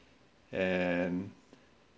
and